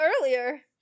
earlier